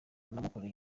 namukoreye